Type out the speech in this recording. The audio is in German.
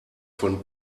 von